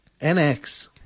NX